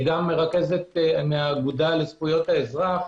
גם מרכזת מהאגודה לזכויות האזרח.